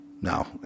No